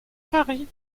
paris